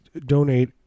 donate